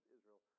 Israel